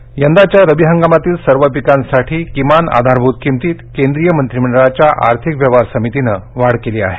MSP यंदाच्या रबी हंगामातील सर्व पिकांसाठी किमान आधारभूत किमतीत केंद्रीय मंत्रीमंडळाच्या आर्थिक व्यवहार समितीनं वाढ केली आहे